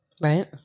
Right